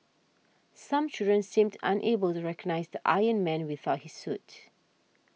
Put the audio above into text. some children seemed unable to recognise the Iron Man without his suit